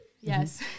Yes